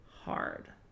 hard